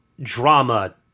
drama